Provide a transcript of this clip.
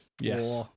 yes